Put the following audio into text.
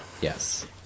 yes